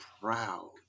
proud